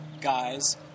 guys